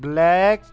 black